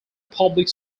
public